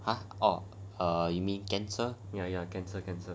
ha orh you mean cancer